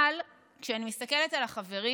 אבל כשאני מסתכלת על החברים